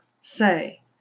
say